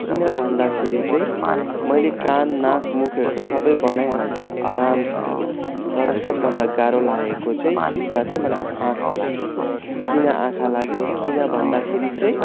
किन भन्दाखेरि चाहिँ मैले कान नाख मुखहरू त सबै बनाइ हाल्थेँ आरामसँगले तर सबभन्दा गाह्रो लागेको चाहिँ हिस्सा चाहिँ मलाई आँखा लाग्यो किन आँखा लाग्यो भन्दाखेरि चाहिँ